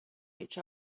each